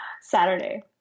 Saturday